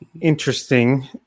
interesting